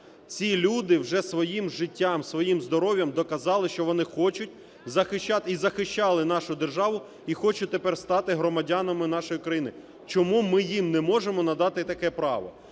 Ці люди вже своїм життям, своїм здоров'ям доказали, що вони хочуть і захищали нашу державу, і хочуть тепер стати громадянами нашої країни. Чому ми їм не можемо надати таке право?